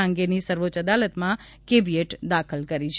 આ અંગેની સર્વોચ્ચ અદાલતમાં કેવીએટ દાખલ કરી છે